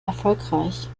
erfolgreich